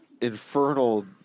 infernal